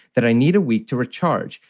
that i need a week to recharge.